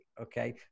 okay